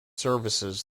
services